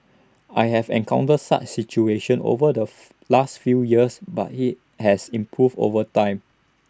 I have encountered such situation over the last few years but IT has improved over time